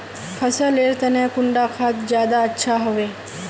फसल लेर तने कुंडा खाद ज्यादा अच्छा हेवै?